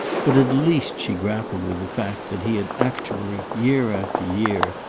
but at least she grappled with the fact that he had actually, year after year,